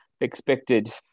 expected